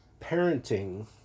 parenting